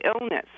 illness